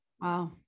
Wow